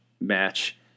match